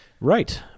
Right